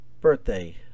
birthday